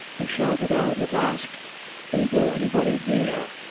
he shouted out and asked is there any body near?